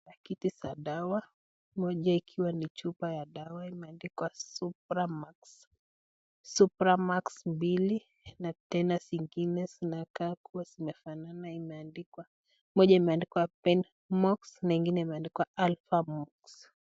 Pakiti za dawa moja ikiwa ni chupa ya dawaa imeandikwa Supramax. Supramax mbili na tena zingine zinakaa kuwa zimefanana imeandikwa, moja imeandikwa Benimox na ingine imeandikwa Alphamox.